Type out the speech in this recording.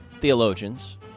theologians